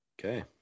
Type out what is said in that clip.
Okay